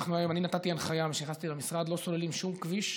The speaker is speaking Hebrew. נתתי הנחיה כשנכנסתי למשרד שלא סוללים שום כביש,